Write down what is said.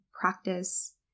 practice